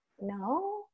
No